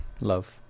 Love